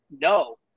No